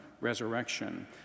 resurrection